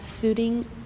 Suiting